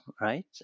right